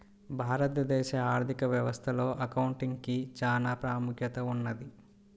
భారతదేశ ఆర్ధిక వ్యవస్థలో అకౌంటింగ్ కి చానా ప్రాముఖ్యత ఉన్నది